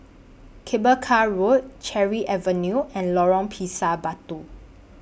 Cable Car Road Cherry Avenue and Lorong Pisang Batu